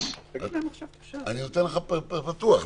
אני נותן לך פתוח,